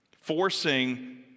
Forcing